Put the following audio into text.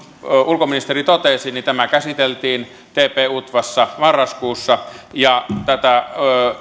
ulkoministeri totesi tämä käsiteltiin tp utvassa marraskuussa ja